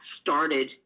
started